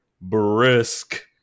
brisk